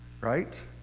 Right